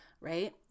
right